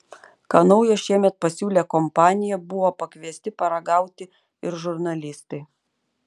ką naujo šiemet pasiūlė kompanija buvo pakviesti paragauti ir žurnalistai